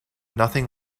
nothing